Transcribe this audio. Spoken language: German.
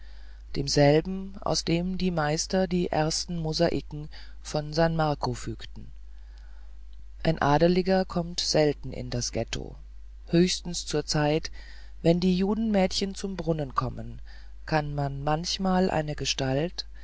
demselben aus dem die meister die ernsten mosaiken von san marco fügten ein adeliger kommt selten in das ghetto höchstens zur zeit wenn die judenmädchen zum brunnen kommen kann man manchmal eine gestalt